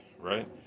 right